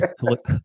look